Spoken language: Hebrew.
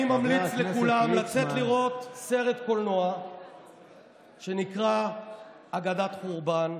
אני ממליץ לכולם לצאת לראות סרט קולנוע שנקרא "אגדת חורבן",